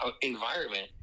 environment